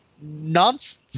nonsense